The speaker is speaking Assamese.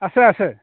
আছে আছে